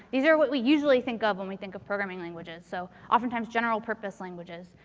these are what we usually think of when we think of programming languages. so often times general purpose languages.